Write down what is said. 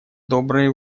доброй